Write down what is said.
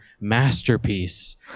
masterpiece